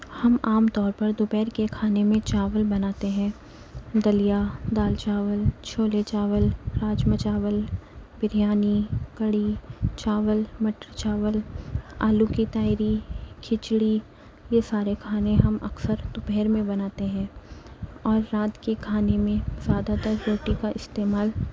ہم عام طور پر دوپہر کے کھانے میں چاول بناتے ہیں دلیا دال چاول چھولے چاول راجما چاول بریانی کڑھی چاول مٹر چاول آلو کی تہری کھچڑی یہ سارے کھانے ہم اکثر دوپہر میں بناتے ہیں اور رات کے کھانے میں زیادہ تر روٹی کا استعمال